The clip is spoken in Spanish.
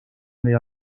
medio